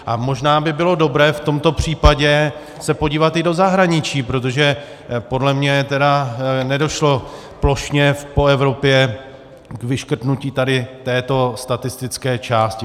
A možná by bylo dobré v tomto případě se podívat i do zahraničí, protože podle mě tedy nedošlo plošně v Evropě k vyškrtnutí této statistické části.